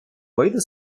вийде